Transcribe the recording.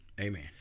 Amen